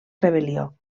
rebel·lió